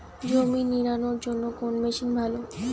জমি নিড়ানোর জন্য কোন মেশিন ভালো?